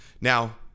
Now